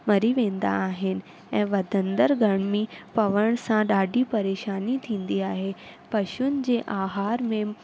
मरी वेंदा आहिनि ऐं वधंदड़ु गर्मी पवण सां ॾाढी परेशानी थींदी आहे पशुअनि जे आहार में